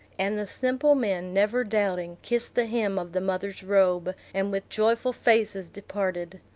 and the simple men, never doubting, kissed the hem of the mother's robe, and with joyful faces departed.